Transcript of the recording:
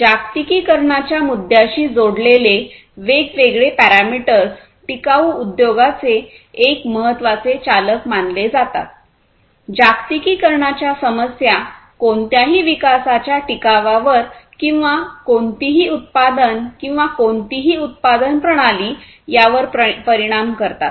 जागतिकीकरणाच्या मुद्याशी जोडलेले वेगवेगळे पॅरामीटर्स टिकाऊ उद्योगांचे एक महत्त्वाचे चालक मानले जातात जागतिकीकरणाच्या समस्या कोणत्याही विकासाच्या टिकाववर किंवा कोणतीही उत्पादन किंवा कोणतीही उत्पादन प्रणाली यावर परिणाम करतात